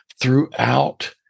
throughout